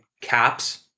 caps